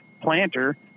planter